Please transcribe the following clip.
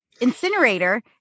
incinerator